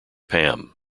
pam